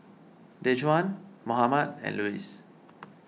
Dejuan Mohammed and Luis